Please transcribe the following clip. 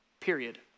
period